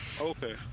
Okay